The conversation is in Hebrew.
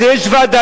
אז יש ועדת-טל,